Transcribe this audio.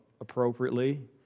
appropriately